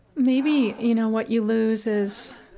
maybe, you know, what you lose is